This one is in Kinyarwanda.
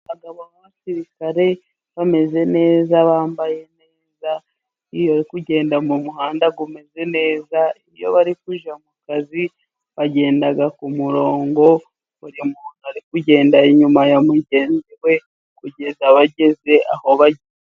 Abagabo b'abasirikare bameze neza, bambaye neza, iyo bari kugenda mumuhanda umeze neza, iyo bari kujya mu kazi, bagenda kumurongo buri muntu ari kugenda inyuma ya mugenzi we, kugeza bageze aho bagiye.